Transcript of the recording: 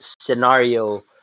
scenario